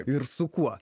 ir su kuo